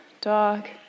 dog